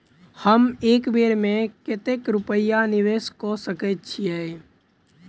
हम एक बेर मे कतेक रूपया निवेश कऽ सकैत छीयै?